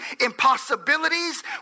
Impossibilities